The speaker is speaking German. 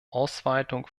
ausweitung